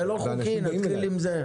זה לא חוקי, נתחיל עם זה.